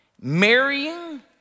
marrying